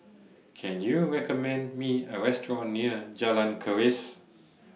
Can YOU recommend Me A Restaurant near Jalan Keris